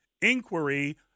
inquiry